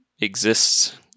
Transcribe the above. exists